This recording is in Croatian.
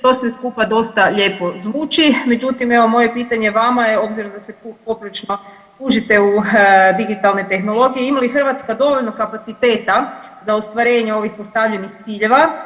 To sve skupa dosta lijepo zvuči, međutim evo, moje pitanje vama, obzirom da se poprilično kužite u digitalne tehnologije, ima li Hrvatska dovoljno kapaciteta za ostvarenje ovih postavljenih ciljeva?